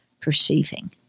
perceiving